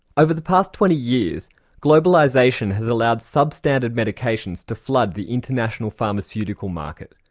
over the past twenty years globalisation has allowed substandard medications to flood the international pharmaceutical market.